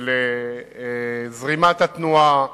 של זרימת התנועה,